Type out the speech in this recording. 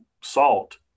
salt